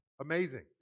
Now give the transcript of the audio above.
Amazing